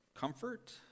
comfort